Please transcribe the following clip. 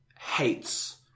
hates